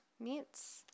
Meats